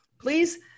please